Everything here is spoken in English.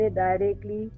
directly